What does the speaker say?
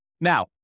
Now